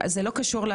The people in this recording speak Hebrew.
זה לא קשור,